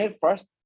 first